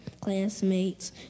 classmates